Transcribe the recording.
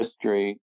history